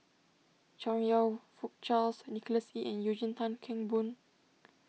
Chong You Fook Charles Nicholas Ee and Eugene Tan Kheng Boon